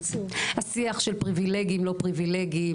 השיח של פריבילגיים לא פריבילגיים,